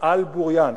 על בוריין.